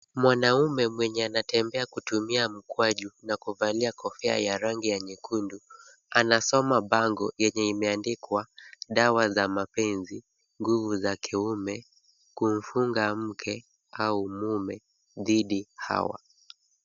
Mwanaume mwenye anatembea kutumia mkwaju na kuvalia kofia ya rangi ya nyekundu anasoma bango yenye imeandikwa dawa za mapenzi, nguvu za kiume, kumfunga mke au mume dhidi hawa.